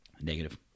Negative